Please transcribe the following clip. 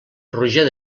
roger